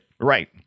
right